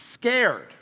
scared